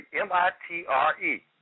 M-I-T-R-E